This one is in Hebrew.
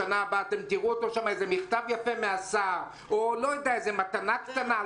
אולי מכתב יפה מהשר או מתנה קטנה.